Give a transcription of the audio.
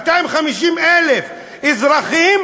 250,000 אזרחים,